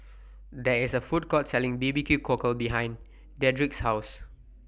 There IS A Food Court Selling B B Q Cockle behind Dedric's House